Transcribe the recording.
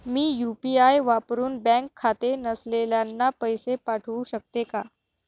मी UPI वापरुन bank खाते नसलेल्यांना पैसे पाठवू शकते का?